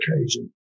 occasion